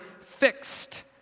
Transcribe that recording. fixed